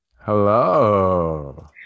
Hello